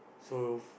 so